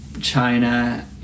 China